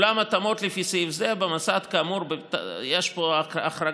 ואולם התאמות לפי סעיף זה" יש פה החרגה,